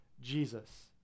Jesus